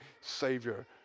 savior